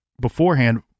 beforehand